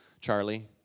Charlie